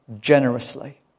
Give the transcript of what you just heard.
generously